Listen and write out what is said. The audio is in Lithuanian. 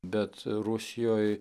bet rusijoj